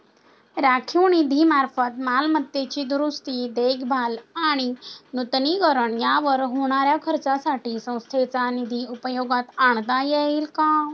राखीव निधीमार्फत मालमत्तेची दुरुस्ती, देखभाल आणि नूतनीकरण यावर होणाऱ्या खर्चासाठी संस्थेचा निधी उपयोगात आणता येईल का?